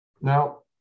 Now